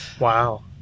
Wow